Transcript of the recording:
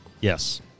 Yes